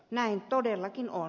näin todellakin on